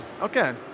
Okay